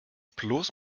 bloß